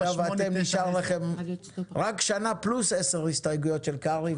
עכשיו נשארה לכם רק שנה פלוס עשר הסתייגויות של קרעי.